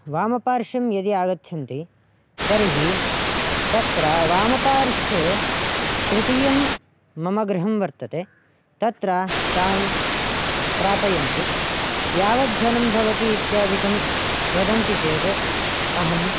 वामपार्श्वं यदि आगच्छन्ति तर्हि तत्र वामपार्श्वे तृतीयं मम गृहं वर्तते तत्र तान् प्रापयन्तु यावद्धनं भवति इत्यादिकं वदन्ति चेत् अहम्